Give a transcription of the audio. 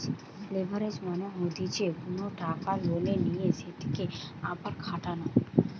leverage মানে হতিছে কোনো টাকা লোনে নিয়ে সেতকে আবার খাটানো